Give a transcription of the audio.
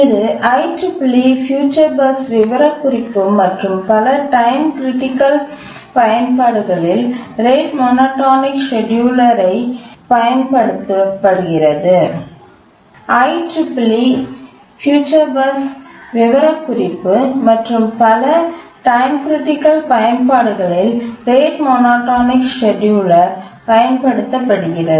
இது IEEE future bus உடைய விவரக்குறிப்பு மற்றும் பல டைம் கிரிட்டிக்கல் பயன்பாடுகளில் ரேட் மோனோடோனிக் செட்டியூலர் பயன்படுத்தப்படுகிறது